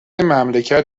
مملکت